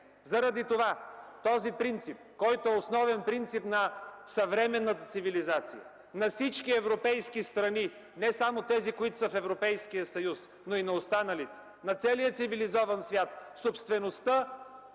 върху нея. Този принцип е основен принцип на европейската цивилизация, на всички европейски страни, не само на тези в Европейския съюз, но и на останалите, на целия цивилизован свят: собствеността